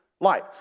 light